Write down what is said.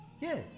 yes